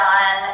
on